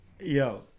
Yo